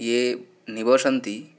ये निवसन्ति